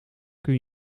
kan